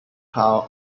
town